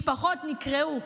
משפחות נקרעו,